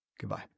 Goodbye